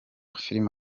filime